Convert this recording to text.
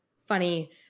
funny